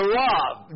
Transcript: love